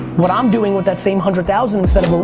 what i'm doing with that same hundred thousand, instead of a